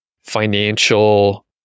financial